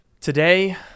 today